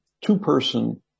two-person